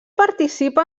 participa